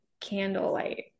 candlelight